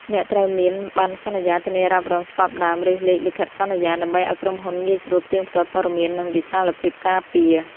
អ្នកត្រូវមាន បណ្ណសន្យាធានារ៉ាប់រងច្បាប់ដើម ឬលេខលិខិតសន្យា ដើម្បីឱ្យក្រុមហ៊ុនងាយស្រួលផ្ទៀងផ្ទាត់ព័ត៌មាន និងវិសាលភាពការពារ។